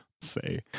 say